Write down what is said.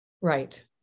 Right